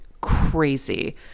crazy